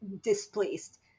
displaced